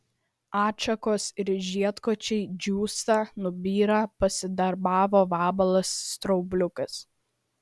atšakos ir žiedkočiai džiūsta nubyra pasidarbavo vabalas straubliukas